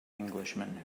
englishman